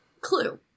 clue